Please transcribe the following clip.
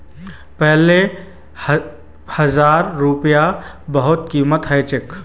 पहले हजार रूपयार बहुत कीमत ह छिले